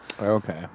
Okay